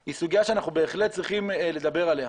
אנחנו צריכים בהחלט לדבר עליה.